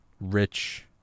rich